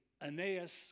Aeneas